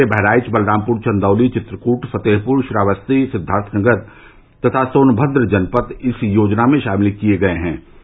प्रदेश के बहराइच बलरामपुर चन्दौली चित्रकृट फतेहपुर श्रावस्ती सिद्धार्थनगर तथा सोनभद्र जनपद इस योजना में शामिल किए गए हैं